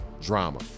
drama